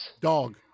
Dog